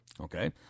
Okay